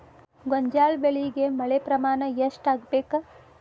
ಗೋಂಜಾಳ ಬೆಳಿಗೆ ಮಳೆ ಪ್ರಮಾಣ ಎಷ್ಟ್ ಆಗ್ಬೇಕ?